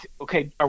okay